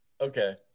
Okay